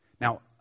Now